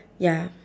ya